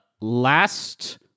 last